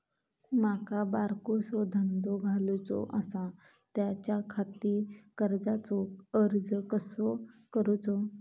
माका बारकोसो धंदो घालुचो आसा त्याच्याखाती कर्जाचो अर्ज कसो करूचो?